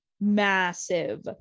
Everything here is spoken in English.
massive